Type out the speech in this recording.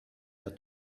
der